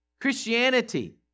Christianity